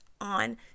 on